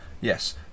yes